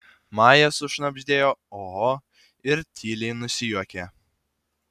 maja sušnabždėjo oho ir tyliai nusijuokė